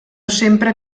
sempre